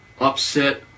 upset